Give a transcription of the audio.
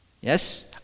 Yes